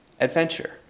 adventure